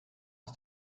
ist